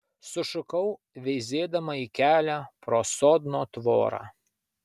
sušukau veizėdama į kelią pro sodno tvorą